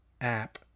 app